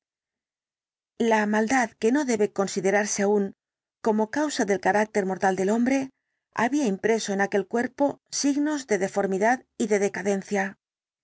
la maldad que no debe considerarse aún como causa del carácter mortal del hombre había impreso en aquel cuerpo signos de deformidad y de decadencia